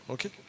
Okay